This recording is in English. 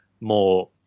more